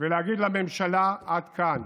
ולהגיד לממשלה: עד כאן,